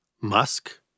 Musk